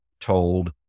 told